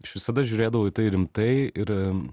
aš visada žiūrėdavau į tai rimtai ir